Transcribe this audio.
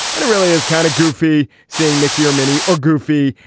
and it really is kind of goofy saying mickey or mini or goofy,